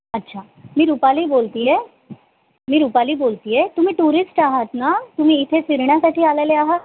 अच्छा मी रुपाली बोलते आहे मी रूपाली बोलते आहे तुम्ही टुरिस्ट आहात ना तुम्ही इथे फिरण्यासाठी आलेले आहात